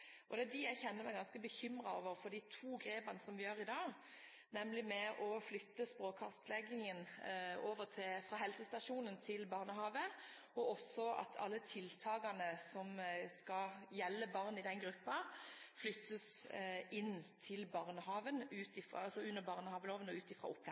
Det er dem jeg kjenner meg ganske bekymret for med hensyn til de to grepene som vi gjør i dag, nemlig med å flytte språkkartleggingen fra helsestasjon til barnehage, og også at alle tiltakene som skal gjelde barn i den gruppen, flyttes ut fra opplæringsloven og kommer inn